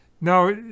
now